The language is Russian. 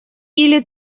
или